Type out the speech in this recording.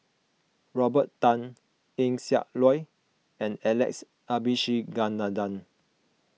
Robert Tan Eng Siak Loy and Alex Abisheganaden